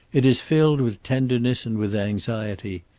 it is filled with tenderness and with anxiety.